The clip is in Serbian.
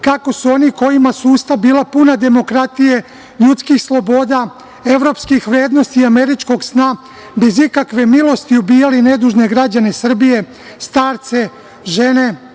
kako su oni kojima su usta bila puna demokratije ljudskih sloboda, evropskih vrednosti i američkog sna, bez ikakve milosti ubijali nedužne građane Srbije, starce, žene,